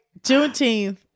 Juneteenth